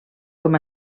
com